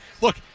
look